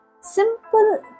simple